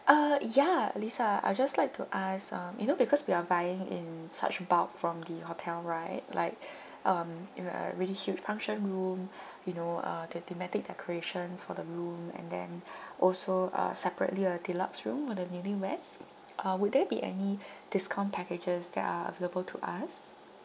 uh yeah lisa I would just like to ask um you know because we are buying in such bulk from the hotel right like um you know a really huge function room you know uh the thematic decorations for the room and then also uh separately a deluxe room for the newlyweds uh would there be any discount packages that are available to us